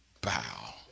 bow